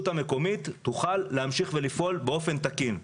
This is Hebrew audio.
המקומית תוכל להמשיך ולפעול באופן תקין.